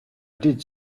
did